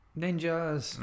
ninjas